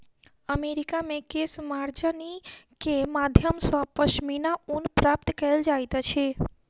America मे केशमार्जनी के माध्यम सॅ पश्मीना ऊन प्राप्त कयल जाइत अछि